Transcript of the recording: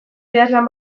idazlan